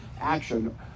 Action